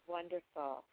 Wonderful